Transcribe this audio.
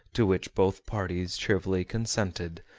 to which both parties cheerfully consented,